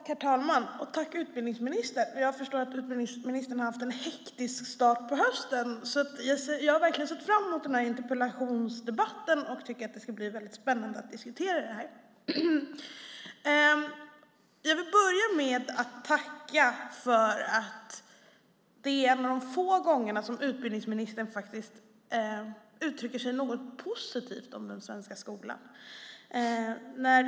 Herr talman! Jag vill tacka utbildningsminisetern, och jag förstår att utbildningsministern har haft en hektisk start på hösten. Jag har verkligen sett fram emot den här interpellationsdebatten och tycker att det ska bli väldigt spännande att diskutera det här. Jag vill börja med att tacka för att utbildningsministern, och detta är en av de få gångerna, uttrycker något positivt om den svenska skolan.